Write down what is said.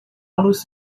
los